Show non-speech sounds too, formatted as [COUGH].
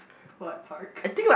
who at park [LAUGHS]